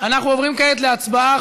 אנחנו עוברים כעת להצבעה,